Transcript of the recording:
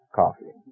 coffee